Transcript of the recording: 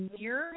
Mirror